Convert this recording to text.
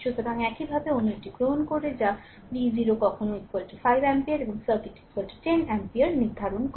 সুতরাং একইভাবে অন্য একটি গ্রহণ করে যা v0 কখন 5 অ্যাম্পিয়ার এবং সার্কিটের 10 অ্যাম্পিয়ার নির্ধারণ করে